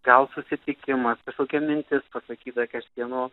gal susitikimas kažkokia mintis pasakyta každieno